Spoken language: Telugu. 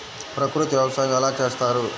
ప్రకృతి వ్యవసాయం ఎలా చేస్తారు?